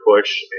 push